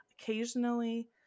occasionally